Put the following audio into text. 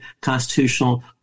Constitutional